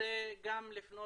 נעבור